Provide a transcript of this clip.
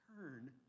turn